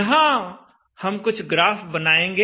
यहां हम कुछ ग्राफ बनाएंगे